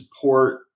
port